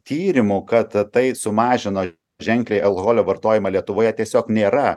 tyrimų kad tai sumažino ženkliai alkoholio vartojimą lietuvoje tiesiog nėra